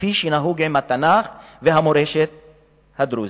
כפי שנהוג עם התנ"ך והמורשת הדרוזית,